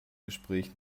gespräch